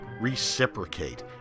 reciprocate